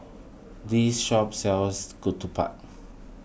this shop sells Ketupat